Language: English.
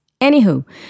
Anywho